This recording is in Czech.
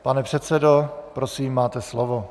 Pane předsedo, prosím, máte slovo.